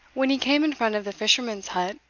when he came in front of the fisherman's hut,